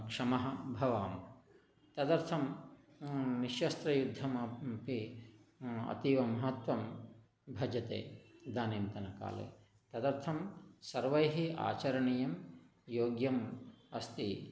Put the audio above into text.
क्षमः भवामः तदर्थं निश्शस्त्रयुद्धमपि अतीव महत्त्वं भजते इदानींतनकाले तदर्थं सर्वैः आचरणीयं योग्यम् अस्ति